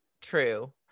true